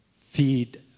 Feed